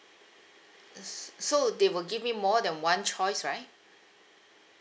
uh s~ so they will give me more than one choice right